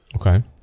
Okay